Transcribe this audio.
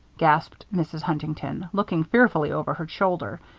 gasped mrs. huntington, looking fearfully over her shoulder.